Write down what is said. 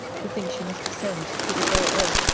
to think she must descend to the dull earth,